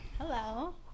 Hello